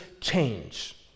change